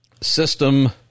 system